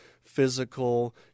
physical